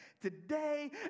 today